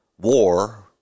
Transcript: war